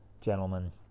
gentlemen